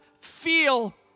feel